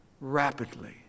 Rapidly